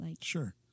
Sure